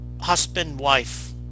husband-wife